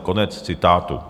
Konec citátu.